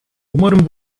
umarım